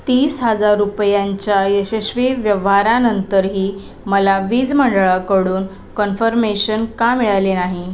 तीस हजार रुपयांच्या यशस्वी व्यवहारानंतरही मला वीज मंडळाकडून कन्फर्मेशन का मिळाले नाही